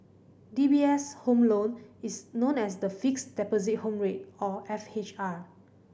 D B S' Home Loan is known as the Fixed Deposit Home Rate or F H R